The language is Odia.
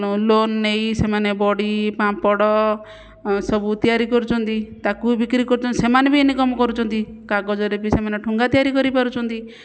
ଲୋନ୍ ନେଇ ସେମାନେ ବଡ଼ି ପାମ୍ପଡ଼ ସବୁ ତିଆରି କରୁଛନ୍ତି ତାକୁ ବିକ୍ରି କରୁଛନ୍ତି ସେମାନେ ବି ଇନକମ୍ କରୁଛନ୍ତି କାଗଜରେ ବି ସେମାନେ ଠୁଙ୍ଗା ତିଆରି କରିପାରୁଛନ୍ତି